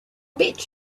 bet